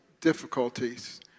difficulties